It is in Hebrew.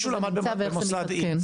איפה זה נמצא ואיך זה מתעדכן.